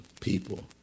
people